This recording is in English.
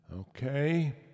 Okay